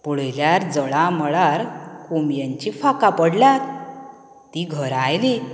पळयल्यार जळा मळार कोंबयेचीं फाकां पडल्यात ती घरा आयली